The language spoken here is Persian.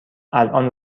الان